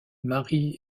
marie